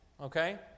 okay